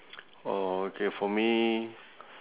okay for me